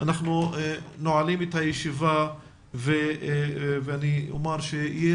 אנחנו נועלים את הישיבה ואני אומר שיהי